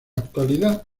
actualidad